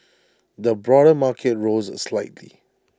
the broader market rose slightly